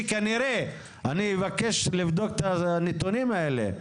שכנראה ואני אבקש לבדוק את הנתונים האלה,